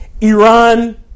Iran